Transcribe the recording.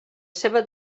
seva